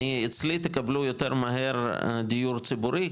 אצלי תקבלו יותר מהר דיור ציבורי,